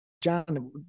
John